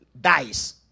dies